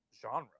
genre